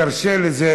תרשה לי,